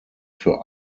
für